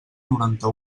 noranta